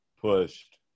pushed